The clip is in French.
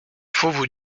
faut